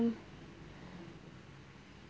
mm